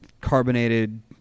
carbonated